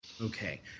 Okay